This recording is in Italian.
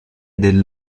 del